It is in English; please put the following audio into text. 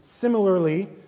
similarly